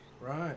Right